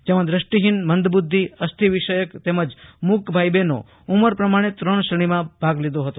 જેમાં દ્રષ્ટિહીન મંદબુધ્ધી અસ્થિવિષયક તેમજ મૂક ભાઈ બહેનો ઉમર પ્રમાણે ત્રણ શ્રેણીમાં ભાગ લીધો હતો